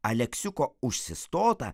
aleksiuko užsistotą